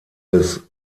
des